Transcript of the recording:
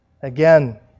Again